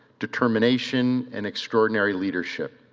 determination and extraordinary leadership.